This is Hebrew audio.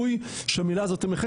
בזה.